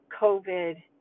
COVID